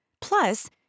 Plus